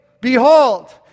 Behold